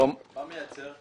מה אתם מייצרים?